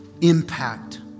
impact